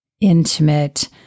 intimate